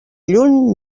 lluny